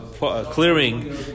clearing